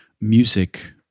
music